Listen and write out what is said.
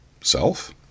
self